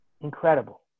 Incredible